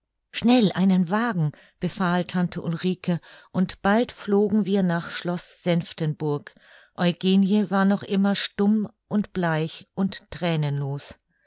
schnell einen wagen befahl tante ulrike und bald flogen wir nach schloß senftenburg eugenie war noch immer stumm und bleich und